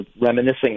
reminiscing